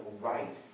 right